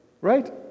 right